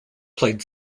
played